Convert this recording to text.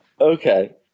Okay